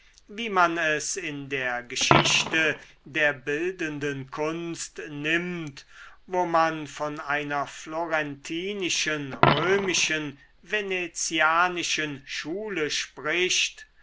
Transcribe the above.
wie man es in der geschichte der bildenden kunst nimmt wo man von einer florentinischen römischen und venezianischen schule spricht